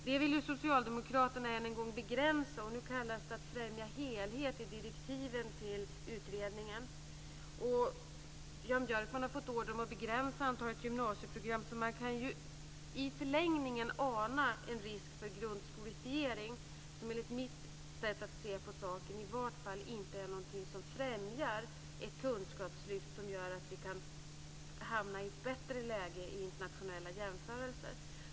Det vill socialdemokraterna än en gång begränsa, och nu kallas det i direktiven till utredningen att främja helhet. Jan Björkman har fått order om att begränsa antalet gymnasieprogram. I förlängningen kan man då ana en risk för grundskolefiering, som enligt mitt sätt att se på saken inte är någonting som främjar ett kunskapslyft som gör att vi kan hamna i ett bättre läge vid internationella jämförelser.